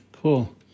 Cool